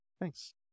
thanks